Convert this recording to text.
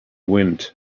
wind